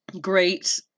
Great